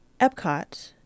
Epcot